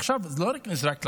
עכשיו, זה לא רק נזרק לפח,